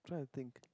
try to think